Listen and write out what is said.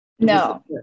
No